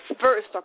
first